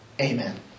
amen